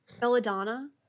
Belladonna